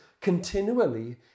continually